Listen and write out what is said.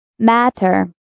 Matter